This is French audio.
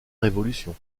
révolution